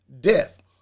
death